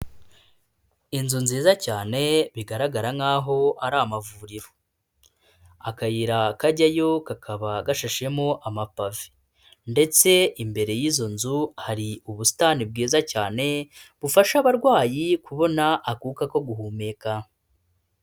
Inzu nziza cyane bigaragara nk'aho ari amavuriro, akayira kajyayo kakaba gashashemo amapavi ndetse imbere y'izo nzu hari ubusitani bwiza cyane bufasha abarwayi kubona akuka ko guhumeka.